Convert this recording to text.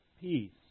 peace